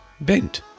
bent